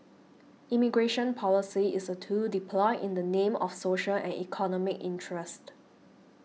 immigration policy is a tool deployed in the name of social and economic interest